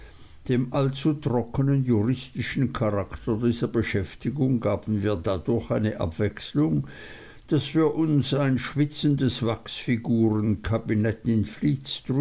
dem allzu trocknen juristischen charakter dieser beschäftigung gaben wir dadurch eine abwechslung daß wir uns ein schwitzendes wachsfigurenkabinett in